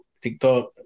TikTok